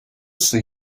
see